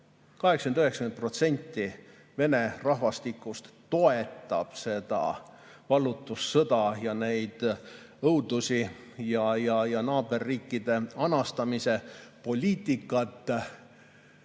80–90% Vene rahvastikust toetab seda vallutussõda, neid õudusi ja naaberriikide anastamise poliitikat.